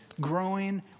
growing